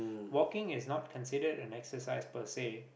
walking is not considered an exercise per se